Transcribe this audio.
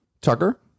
Tucker